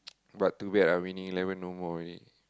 but to bad ah Winning-Eleven no more already